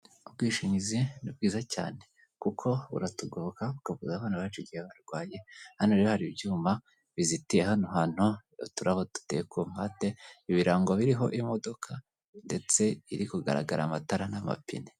Ubwishingizi ni bwiza cyane kuko buratugoboka tukavuza abana bacu igihe abarwaye, hano rero hari ibyuma bizitiye hano hantu, uturabo duteye kumpande ibirango biriho imodoka ndetse iri kugaragara amatara n'amapine.